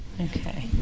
Okay